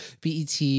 BET